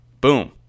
Boom